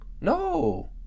No